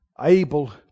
Able